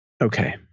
Okay